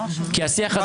אני מעריך את הרצון שלך,